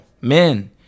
men